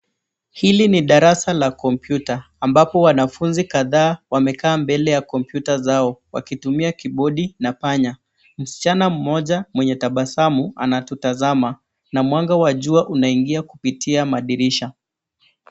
Hili ni darasa la kompyuta, ambapo wanafunzi kadhaa wamekaa mbele ya kompyuta zao wakitumia kibodi na panya. Msichana mmoja mwenye tabasamu anatutazama, na mwanga wa jua unaingia kupitia madirisha.